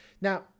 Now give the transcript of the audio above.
Now